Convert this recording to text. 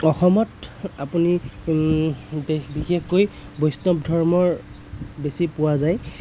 অসমত আপুনি বি বিশেষকৈ বৈষ্ণৱ ধৰ্মৰ বেছি পোৱা যায়